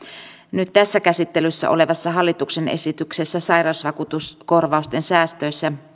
nyt tässä käsittelyssä olevassa hallituksen esityksessä sairasvakuutuskorvausten säästöistä